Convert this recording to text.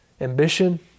ambition